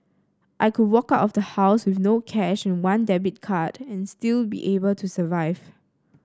I could walk out of the house with no cash and one debit card and still be able to survive